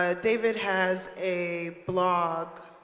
ah david has a blog,